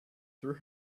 threw